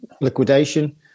liquidation